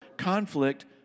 Conflict